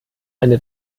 eine